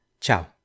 Ciao